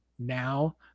now